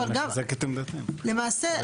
למעשה,